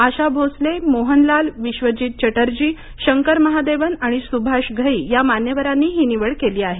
आशा भोसले मोहनलाल विश्वजीत चटर्जी शंकर महादेवन आणि सुभाष घई या मान्यवरांनी ही निवड केली आहे